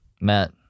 Matt